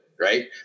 Right